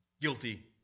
guilty